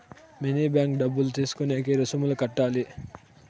mini bank డబ్బులు తీసుకునేకి రుసుములు కట్టాలి